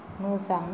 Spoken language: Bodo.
मोजां